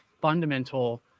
fundamental